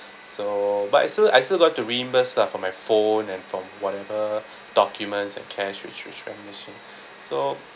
so but I still I still got to reimburse lah for my phone and from whatever documents and cash which which I'm missing so